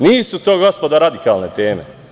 Nisu to, gospodo, radikalne teme.